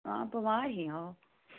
आं बमार हियां ओह्